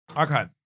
Okay